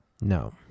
No